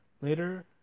Later